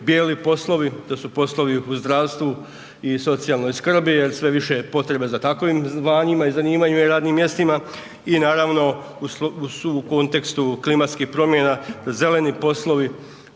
bijeli poslovi to su poslovi u zdravstvu i socijalnoj skrbi jer sve više je potrebe za takvim zvanjima i zanimanjima i radnim mjestima i naravno u kontekstu klimatskih promjena zeleni poslovi,